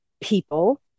people